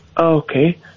Okay